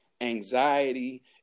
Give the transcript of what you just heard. anxiety